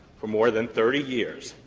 for more than thirty years,